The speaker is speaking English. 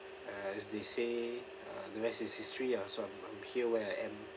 uh as they say uh the rest is history ah so I'm I'm here where I am